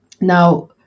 now